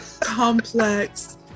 Complex